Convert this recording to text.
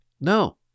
No